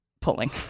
pulling